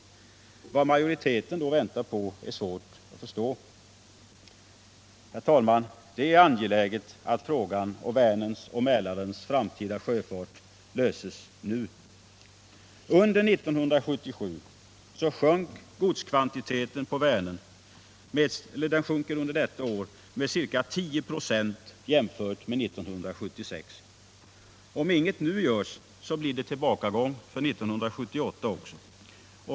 Vad majoriteten då väntar på är svårt att förstå. Herr talman! Det är angeläget att frågan om Vänerns och Mälarens framtida sjöfart löses nu. Under 1977 sjänk godskvantiteten på Vänern med 10 96 jämfört med 1976. Om inget nu görs blir det tillbakagång för 1978 också.